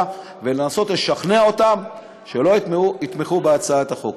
ולנסות לשכנע אותם שלא יתמכו בהצעת החוק.